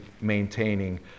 maintaining